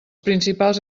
principals